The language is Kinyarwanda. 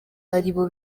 aribo